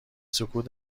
سکوت